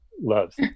loves